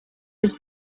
his